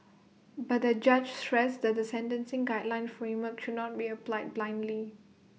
but the judge stressed that the sentencing guideline framework should not be applied blindly